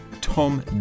Tom